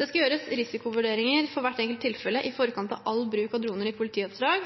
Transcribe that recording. Det skal i hvert enkelt tilfelle gjøres risikovurderinger i forkant av all bruk av droner i politioppdrag.